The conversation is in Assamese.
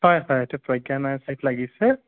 হয় হয় এইটো প্ৰজ্ঞা নাৰ্চাৰীত লাগিছে